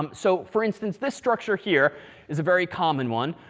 um so for instance, this structure here is a very common one,